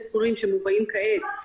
"סיבה אחרת